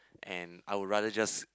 and I'll rather just